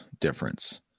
difference